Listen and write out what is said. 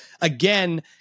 again